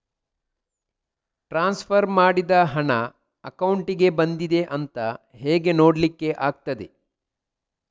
Transfer ಮಾಡಿದ ಹಣ ಅಕೌಂಟಿಗೆ ಬಂದಿದೆ ಅಂತ ಹೇಗೆ ನೋಡ್ಲಿಕ್ಕೆ ಆಗ್ತದೆ?